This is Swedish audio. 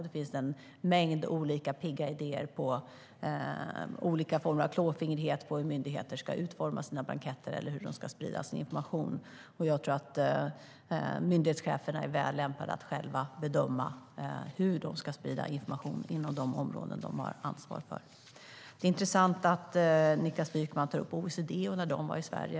Det finns en mängd olika pigga idéer och olika former av klåfingrighet i fråga om hur myndigheter ska utforma sina blanketter och hur de ska sprida sin information. Jag tror att myndighetscheferna är väl lämpade att själva bedöma hur de ska sprida information inom de områden de har ansvar för. Det är intressant att Niklas Wykman tar upp att OECD var i Sverige.